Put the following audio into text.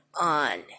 on